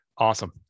Awesome